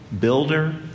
builder